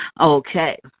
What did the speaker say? Okay